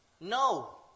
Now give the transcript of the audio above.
No